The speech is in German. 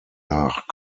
nach